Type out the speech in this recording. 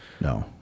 no